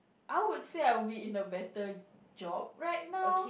I would say I would be in a better job right now